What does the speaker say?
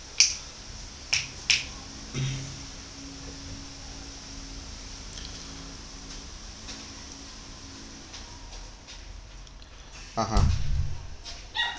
(uh huh)